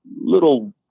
little